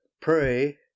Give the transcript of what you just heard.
pray